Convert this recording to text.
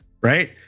right